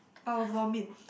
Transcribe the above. I'll vomit